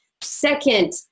Second